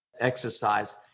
exercise